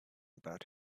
about